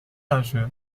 大学